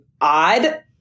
odd